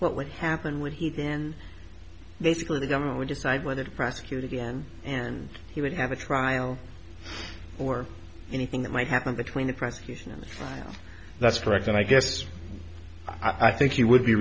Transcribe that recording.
what would happen would he then basically the government would decide whether to prosecute again and he would have a trial or anything that might happen between the presentation in the trial that's correct and i guess i think you would be